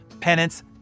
penance